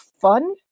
fun